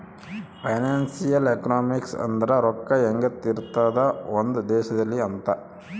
financial economics ಅಂದ್ರ ರೊಕ್ಕ ಹೆಂಗ ಇರ್ತದ ಒಂದ್ ದೇಶದಲ್ಲಿ ಅಂತ